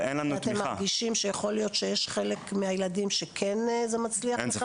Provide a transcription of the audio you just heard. אתם מרגישים שכול להיות שאצל חלק מהילדים שכן מצליח להם?